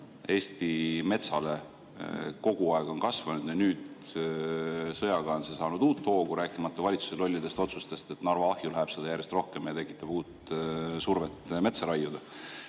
Eesti metsale kogu aeg on kasvanud ja nüüd sõjaga on see saanud uut hoogu, rääkimata valitsuse lollidest otsustest, et Narva ahju läheb seda järjest rohkem ja see tekitab uut survet metsa raiuda,